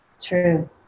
True